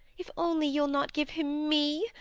if only you'll not give him me,